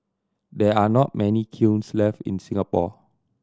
there are not many kilns left in Singapore